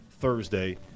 Thursday